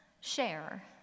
share